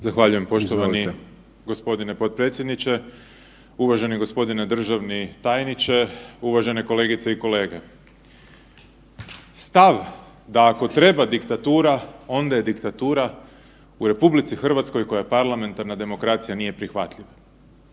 Zahvaljujem. Poštovani gospodine potpredsjedniče, uvaženi gospodine državni tajniče, uvažene kolegice i kolege. Stav da ako treba diktatura onda je diktatura u RH u kojoj je parlamentarna demokracija nije prihvatljiv.